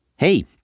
Hey